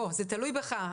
בוא, זה תלוי בך.